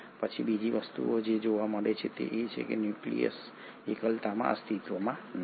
પછી બીજી વસ્તુ જે જોવા મળે છે તે એ છે કે આ ન્યુક્લિયસ એકલતામાં અસ્તિત્વમાં નથી